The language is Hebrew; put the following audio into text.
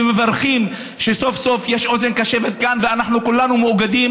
ומברכים שסוף-סוף יש כאן אוזן קשבת וכולנו מאוגדים